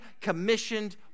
commissioned